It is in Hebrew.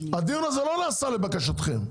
הדיון הזה לא נעשה לבקשתכם,